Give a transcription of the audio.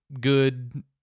good